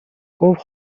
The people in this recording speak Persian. گفت